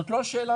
זאת לא השאלה,